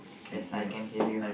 yes I can hear you